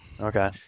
Okay